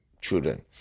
children